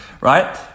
right